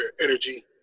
energy